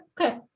Okay